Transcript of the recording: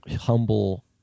humble